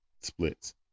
splits